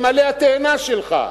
הם עלי התאנה שלך.